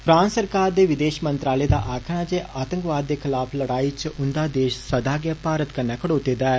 France सरकार दे विदेष मंत्रालय दा आक्खना ऐ जे आतंकवाद दे खिलाफ लड़ाई च उन्दा देष सदा गै भारत कन्नै खड़ोते दा ऐ